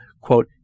quote